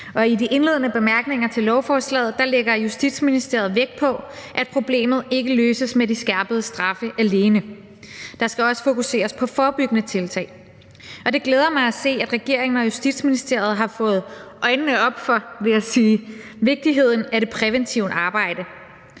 i de indledende bemærkninger til lovforslaget lægger Justitsministeriet vægt på, at problemet ikke løses med de skærpede straffe alene; der skal også fokuseres på forebyggende tiltag. Og det glæder mig at se, at regeringen og Justitsministeriet har fået øjnene op for – vil jeg sige – vigtigheden af det præventive arbejde.